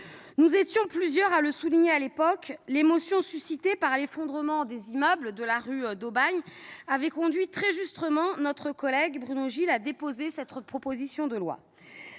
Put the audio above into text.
Nous étions plusieurs à le souligner à l'époque, l'émotion suscitée par l'effondrement des immeubles de la rue d'Aubagne avait conduit très justement notre collègue Bruno Gilles à déposer cette proposition de loi.